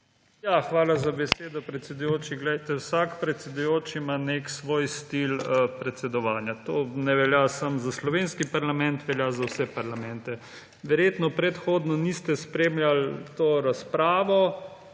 Hvala za besedo, predsedujoči. Vsak predsedujoči ima nek svoj stil predsedovanja. To ne velja samo za slovenski parlament, velja za vse parlamente. Verjetno predhodno niste spremljali te razprave,